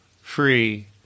free